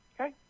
okay